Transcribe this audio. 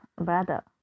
brother